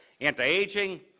anti-aging